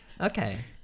Okay